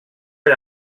per